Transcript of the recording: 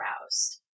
aroused